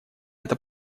это